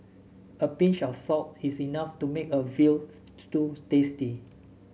a pinch of salt is enough to make a veal stew tasty